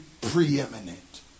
preeminent